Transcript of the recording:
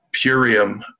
Purium